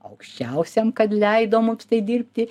aukščiausiam kad leido mums tai dirbti